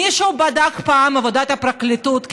מישהו בדק פעם את עבודת הפרקליטות?